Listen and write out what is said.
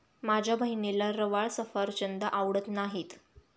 माझ्या बहिणीला रवाळ सफरचंद आवडत नाहीत